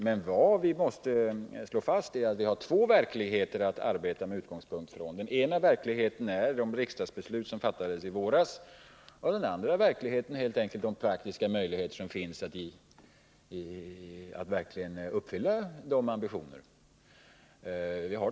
Men vad vi måste slå fast är att vi har att arbeta med utgångspunkt i två olika verkligheter. Den ena verkligheten är de riksdagsbeslut som fattades i våras, och den andra verkligheten är helt enkelt de praktiska möjligheter som finns att uppfylla de ambitionerna.